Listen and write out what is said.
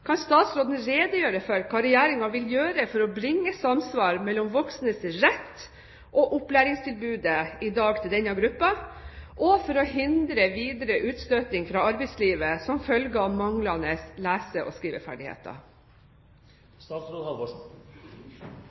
Kan hun redegjøre for hva Regjeringen vil gjøre for å få samsvar mellom voksnes rett til opplæring og opplæringstilbudet til denne gruppen i dag, og for å hindre videre utstøting fra arbeidslivet som følge av manglende lese- og skriveferdigheter?